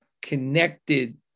connected